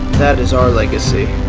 that is our legacy,